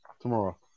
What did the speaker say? tomorrow